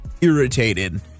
irritated